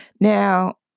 now